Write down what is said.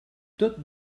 tot